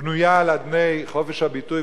בנויה על אדני חופש הביטוי,